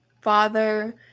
father